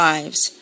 Lives